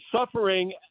suffering